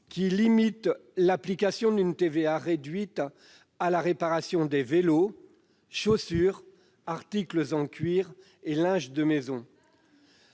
qui limite l'application d'une TVA réduite à la réparation des vélos, chaussures, articles en cuir et linge de maison.